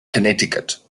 connecticut